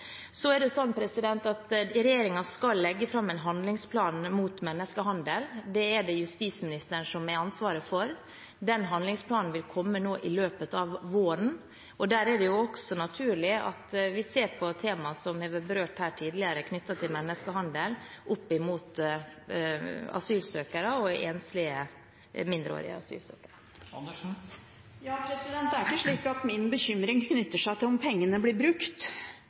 skal legge fram en handlingsplan mot menneskehandel. Det er det justisministeren som har ansvaret for. Denne handlingsplanen vil komme i løpet av våren, og der er det også naturlig at vi ser på temaer som har vært berørt her tidligere knyttet til menneskehandel opp mot asylsøkere og enslige mindreårige asylsøkere. Det er ikke slik at min bekymring knytter seg til om pengene blir brukt.